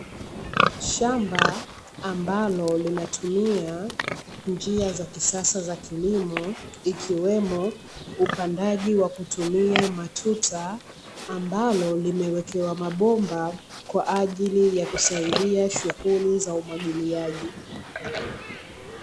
Shamba ambalo linatumia njia za kisasa za kilimo ikiwemo upandaji wa kutumia matuta, ambalo limewekewa mabomba kwa ajili ya kusaidia shughuli za umwagiliaji.